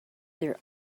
their